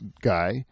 guy